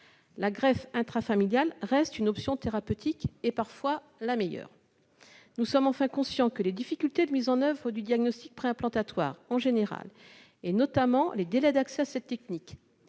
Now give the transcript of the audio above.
La greffe intrafamiliale reste une option thérapeutique, et parfois la meilleure. Nous sommes conscients que les difficultés de mise en oeuvre du diagnostic préimplantatoire en général, et les délais d'accès à cette technique